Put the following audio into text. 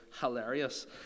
hilarious